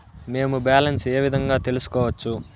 మేము బ్యాలెన్స్ ఏ విధంగా తెలుసుకోవచ్చు?